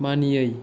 मानियै